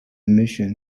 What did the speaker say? mission